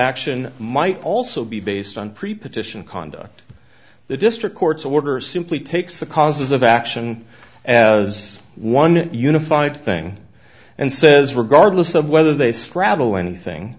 action might also be based on pre partition conduct the district court's order simply takes the causes of action as one unified thing and says regardless of whether they straddle anything